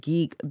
Geek